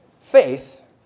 faith